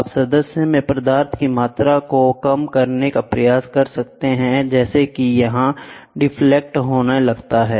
आप सदस्य में पदार्थ की मात्रा को कम करने का प्रयास कर सकते हैं जैसे कि यह डिफलेक्ट होने लगता है